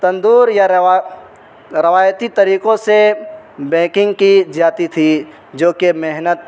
تندور یا روایتی طریقوں سے بیکنگ کی جاتی تھی جو کہ محنت